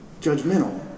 Judgmental